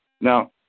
Now